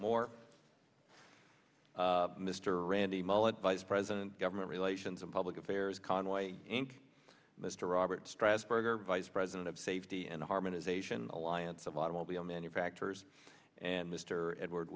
more mr randy mullet vice president government relations and public affairs conway inc mr robert strasburg or vice president of safety and harmonization alliance of automobile manufacturers and mr edward